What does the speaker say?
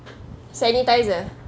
sanitiser